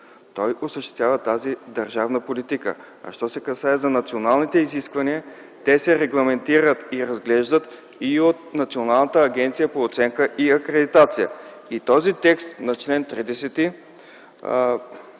Той осъществява тази държавна политика. Що се касае за националните изисквания, те се регламентират и разглеждат и от Националната агенция по оценка и акредитация. И този текст на чл. 30